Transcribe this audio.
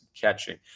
catching